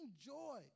joy